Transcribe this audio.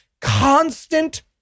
constant